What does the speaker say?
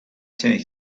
take